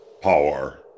Power